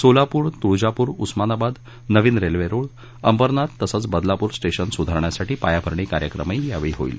सोलापूर तुळजापूर उस्मानाबाद नवीन रेल्वे रुळ अंबरनाथ तसंच बदलापूर स्टेशन सुधारण्यासाठी पायाभरणी कार्यक्रमही यावेळी होईल